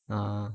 (uh huh)